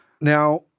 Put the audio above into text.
Now